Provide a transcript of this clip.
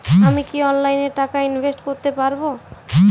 আমি কি অনলাইনে টাকা ইনভেস্ট করতে পারবো?